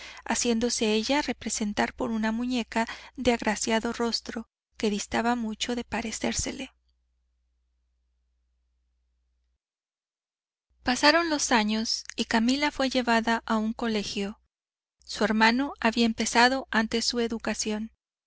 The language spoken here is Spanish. haciéndose ella representar por una muñeca de agraciado rostro que distaba mucho de parecérsele pasaron los años y camila fue llevada a un colegio su hermano había empezado antes su educación